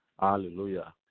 Hallelujah